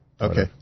Okay